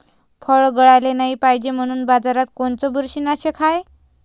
फळं गळाले नाही पायजे म्हनून बाजारात कोनचं बुरशीनाशक हाय?